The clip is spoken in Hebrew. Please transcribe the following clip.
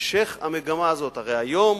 שהמשך המגמה הזאת, הרי היום